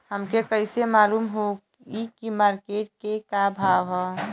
हमके कइसे मालूम होई की मार्केट के का भाव ह?